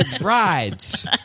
rides